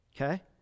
okay